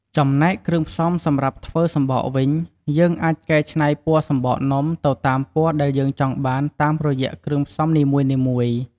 ចំណែក គ្រឿងផ្សំសម្រាប់ធ្វើសំបកវិញ យើងអាចកែច្នៃពណ៌សំបកនំទៅតាមពណ៌ដែលយើងចង់បានតាមរយៈគ្រឿងផ្សំនីមួយៗ។